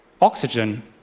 oxygen